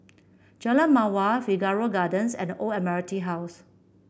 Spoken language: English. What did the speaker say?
Jalan Mawar Figaro Gardens and The Old Admiralty House